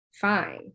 fine